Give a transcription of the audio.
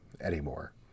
anymore